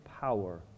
power